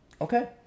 Okay